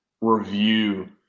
review